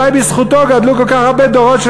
אולי בזכותו גדלו כל כך הרבה דורות של